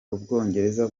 ubwongereza